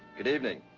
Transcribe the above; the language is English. good evening.